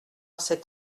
cet